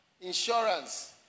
insurance